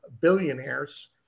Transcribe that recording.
billionaires